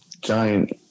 giant